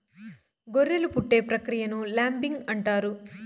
గొర్రెలు పుట్టే ప్రక్రియను ల్యాంబింగ్ అంటారు